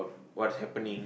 what's happening